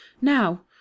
Now